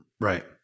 right